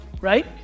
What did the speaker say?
right